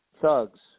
thugs